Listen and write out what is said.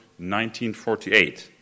1948